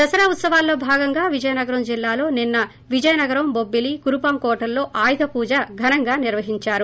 దసరా ఉత్సవాల్లో భాగంగా విజయనగరం జిల్లాలో ఉన్న విజయనగరం బొబ్బిలీ కురుపాం కోటల్లో ఆయుధపూజ ఘనంగా నిర్వహించారు